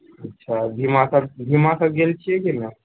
अच्छा भीमा तक भीमा तक गेल छियै कि नहि